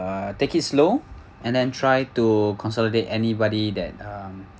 take it slow and then try to consolidate anybody that um